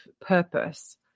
purpose